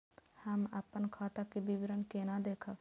हम अपन खाता के विवरण केना देखब?